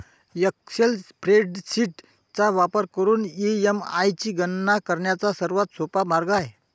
Excel spreadsheet चा वापर करून ई.एम.आय ची गणना करण्याचा सर्वात सोपा मार्ग आहे